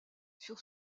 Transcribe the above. sur